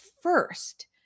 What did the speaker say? first